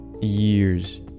years